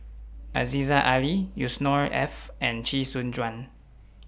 Aziza Ali Yusnor Ef and Chee Soon Juan